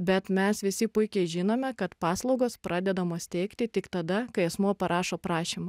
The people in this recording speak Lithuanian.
bet mes visi puikiai žinome kad paslaugos pradedamos teikti tik tada kai asmuo parašo prašymą